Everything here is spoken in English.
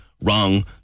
wrong